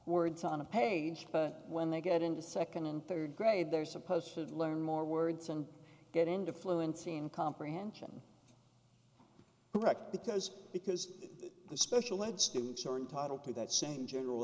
words on a page but when they get into second and third grade they're supposed to learn more words and get into fluency and comprehension brecht because because the special ed students are entitled to that same general